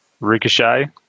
ricochet